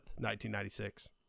1996